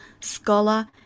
scholar